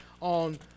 on